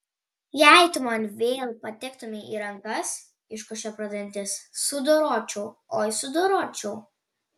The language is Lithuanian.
jei tu man vėl patektumei į rankas iškošė pro dantis sudoročiau oi sudoročiau